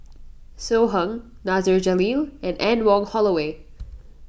So Heng Nasir Jalil and Anne Wong Holloway